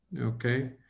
okay